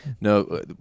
No